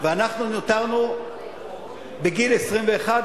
ואנחנו נותרנו בגיל 21,